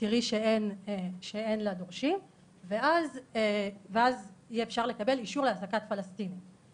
תראי שאין לה דורשים ואז יהיה אפשר לקבל אישור להעסקת פלסטיני,